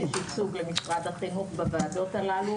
אגב, תמיד יש ייצוג של משרד החינוך בוועדות הללו.